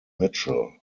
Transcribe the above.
mitchell